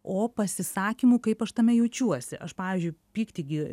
o pasisakymu kaip aš tame jaučiuosi aš pavyzdžiui pyktį gi